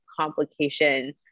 complication